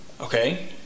Okay